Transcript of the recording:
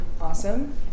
awesome